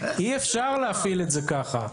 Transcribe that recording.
אי אפשר להחיל את זה כך.